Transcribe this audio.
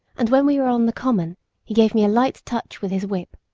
and when we were on the common he gave me a light touch with his whip,